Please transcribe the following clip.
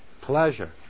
pleasure